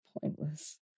pointless